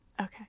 Okay